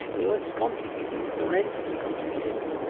the world is complicated. it's immensely complicated.